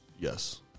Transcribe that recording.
Yes